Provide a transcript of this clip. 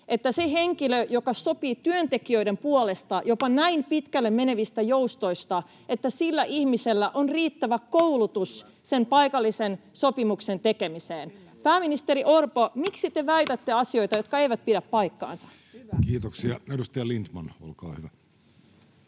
että sillä ihmisellä, joka sopii työntekijöiden puolesta jopa näin pitkälle menevistä joustoista, on riittävä koulutus sen paikallisen sopimuksen tekemiseen. Pääministeri Orpo, miksi te väitätte asioita, jotka eivät pidä paikkaansa? [Speech 31] Speaker: